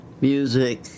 music